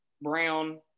Brown